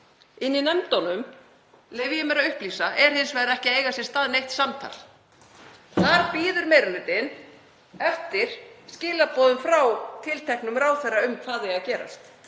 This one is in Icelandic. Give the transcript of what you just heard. Inni í nefndunum, leyfi ég mér að upplýsa, á sér hins vegar ekki stað neitt samtal. Þar bíður meiri hlutinn eftir skilaboðum frá tilteknum ráðherra um hvað eigi að gerast.